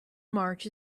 march